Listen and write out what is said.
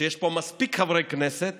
שיש פה מספיק חברי כנסת